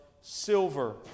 silver